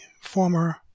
former